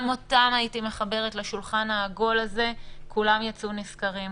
גם אותם הייתי מחברת לשולחן העבודה הזה ואז כולם ייצאו נשכרים,